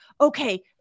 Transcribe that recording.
okay